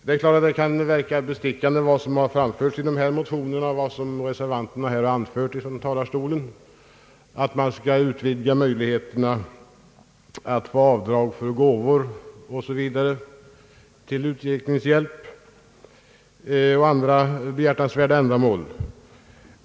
Det är klart att vad som framförts i dessa motioner och vad reservanterna anfört från talarstolen kan verka bestickande — att man skall utvidga möjligheterna till avdrag för gåvor till utvecklingshjälp och andra behjärtansvärda ändamål.